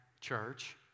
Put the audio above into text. church